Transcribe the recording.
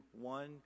one